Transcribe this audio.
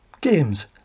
games